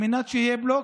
על מנת שיהיה בלוק